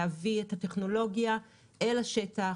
להביא את הטכנולוגיה אל השטח,